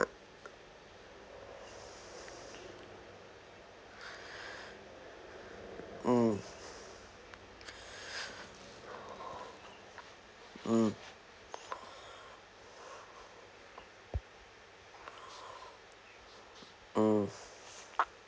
mm mm mm